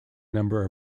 number